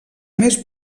més